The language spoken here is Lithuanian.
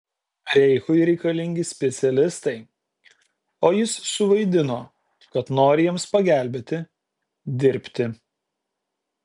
reichui reikalingi specialistai o jis suvaidino kad nori jiems pagelbėti dirbti